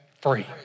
free